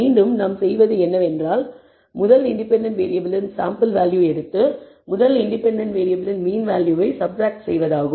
மீண்டும் நாம் செய்வது என்னவென்றால் முதல் இண்டிபெண்டன்ட் வேறியபிளின் சாம்பிள் வேல்யூ எடுத்து முதல் இண்டிபெண்டன்ட் வேறியபிளின் மீன் வேல்யூவை சப்ராக்ட் செய்வதாகும்